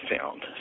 found